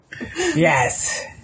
Yes